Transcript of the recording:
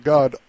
God